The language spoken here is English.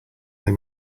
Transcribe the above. they